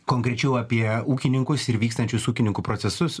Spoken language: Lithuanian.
konkrečiau apie ūkininkus ir vykstančius ūkininkų procesus